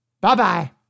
Bye-bye